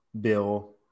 Bill